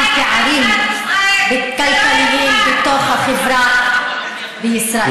על פערים כלכליים בתוך החברה בישראל,